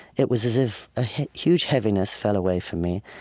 it was as if a huge heaviness fell away from me,